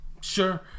Sure